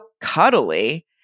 cuddly